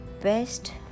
best